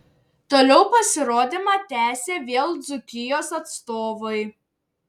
toliau pasirodymą tęsė vėl dzūkijos atstovai